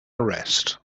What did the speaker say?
arrest